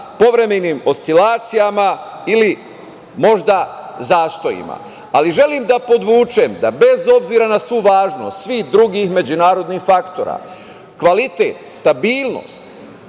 povremenim oscilacijama ili možda zastojima, ali želim da podvučem da bez obzira na svu važnost svih drugih međunarodnih faktora kvalitet, stabilnost,